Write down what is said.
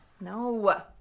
No